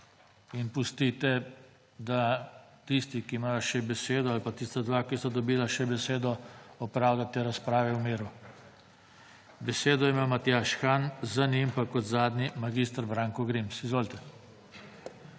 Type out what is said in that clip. in pustite, da tisti, ki imajo še besedo, ali pa tista dva, ki bosta dobila še besedo, opravljata razprave v miru. Besedo ima Matjaž Han, za njim pa kot zadnji mag. Branko Grims. Izvolite.